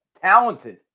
talented